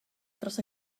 dros